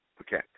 Okay